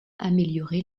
amélioré